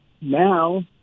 now